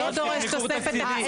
זה לא דורש תוספת תקציב.